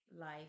life